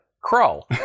crawl